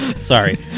Sorry